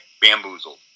bamboozled